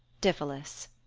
diphilus.